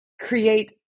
create